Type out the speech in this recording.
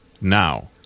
now